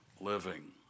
living